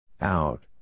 Out